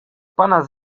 pana